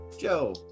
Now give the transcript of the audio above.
Joe